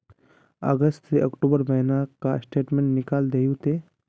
अगस्त से अक्टूबर महीना का स्टेटमेंट निकाल दहु ते?